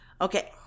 Okay